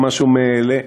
או משהו מאלה.